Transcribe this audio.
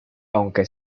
aunque